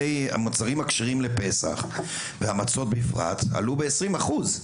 המוצרים הכשרים לפסח והמצות בפרט, עלו ב-20 אחוז,